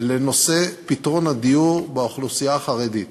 לפתרון מצוקת הדיור באוכלוסייה החרדית.